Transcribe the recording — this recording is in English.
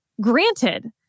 granted